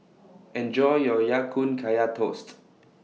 Enjoy your Ya Kun Kaya Toast